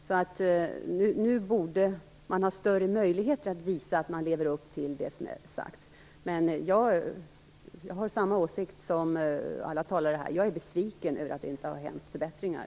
Nu borde man ha större möjligheter att visa att man lever upp till det som har sagts. Men jag har samma åsikt som alla talare här och är besviken över att det inte har skett förbättringar.